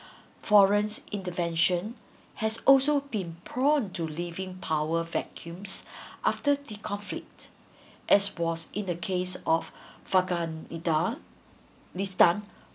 foreign intervention has also been prone to leaving power vacuums after the conflict as was in the case of this done